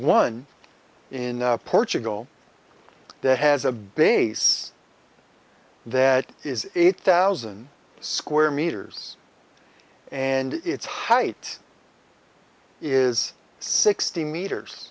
one in portugal that has a base that is eight thousand square meters and its height is sixty meters